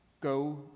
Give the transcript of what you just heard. go